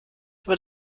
aber